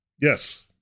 Yes